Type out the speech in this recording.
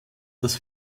das